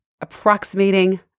approximating